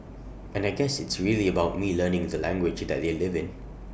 and I guess it's really about me learning the language that they live in